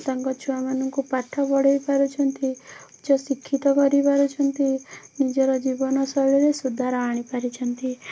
ତାଙ୍କ ଛୁଆମାନଙ୍କୁ ପାଠ ପଢ଼ାଇ ପାରୁଛନ୍ତି ଉଚ୍ଚଶିକ୍ଷିତ କରାଇ ପାରୁଛନ୍ତି ନିଜର ଜୀବନ ଶୈଳୀରେ ସୁଧାର ଆଣିପାରିଛନ୍ତି